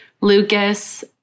Lucas